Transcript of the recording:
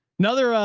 another,